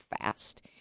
fast